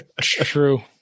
True